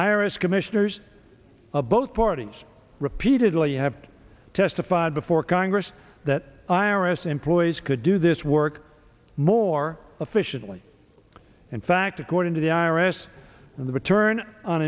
iris commissioners of both parties repeatedly have testified before congress that i r s employees could do this work more efficiently in fact according to the i r s and the return on